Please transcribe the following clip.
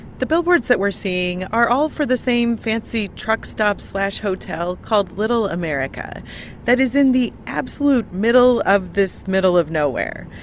the billboards that we're seeing are all for the same fancy truck stop hotel hotel called little america that is in the absolute middle of this middle of nowhere.